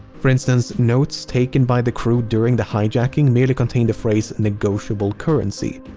for instance, notes taken by the crew during the hijacking merely contain the phrase negotiable currency.